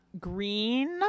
green